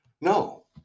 No